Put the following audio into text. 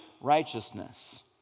righteousness